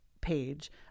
page